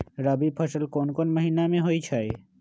रबी फसल कोंन कोंन महिना में होइ छइ?